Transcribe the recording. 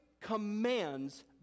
commands